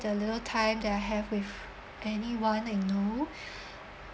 the little time that I have with anyone I know